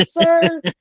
sir